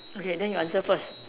okay then you answer first